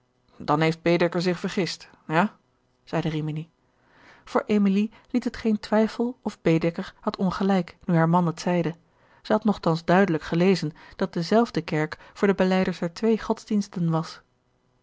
dan heeft baedeker zich vergist ja zeide rimini voor emilie liet het geen twijfel of baedeker had ongelijk nu haar man het zeide zij had nochtans duidelijk gelezen dat dezelfde kerk voor de belijders der twee godsdiensten was